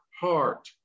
heart